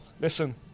Listen